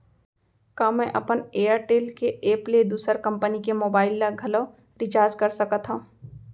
का मैं अपन एयरटेल के एप ले दूसर कंपनी के मोबाइल ला घलव रिचार्ज कर सकत हव?